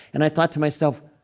and i thought to myself,